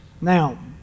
now